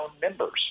members